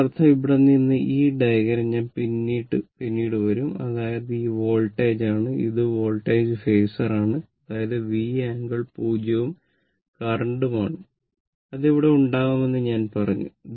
അതിനർത്ഥം ഇവിടെ നിന്ന് ഈ ഡയഗ്രം ഞാൻ പിന്നീട് വരും അതായത് ഇത് വോൾട്ടേജ് ആണ് ഇത് വോൾട്ടേജ് ഫാസർ ആണ് അതായത് V ആംഗിൾ 0 ഉം കറന്റും ആണ് അത് ഇവിടെ ഉണ്ടാകുമെന്ന് ഞാൻ പറഞ്ഞു